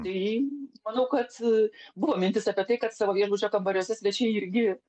tai manau kad buvo mintis apie tai kad savo viešbučio kambariuose svečiai irgi